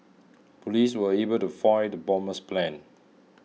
police were able to foil the bomber's plans